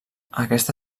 aquesta